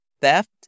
theft